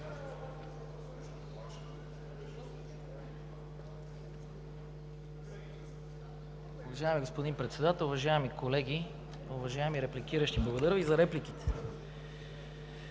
благодаря Ви за репликите.